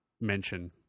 mention